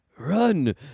Run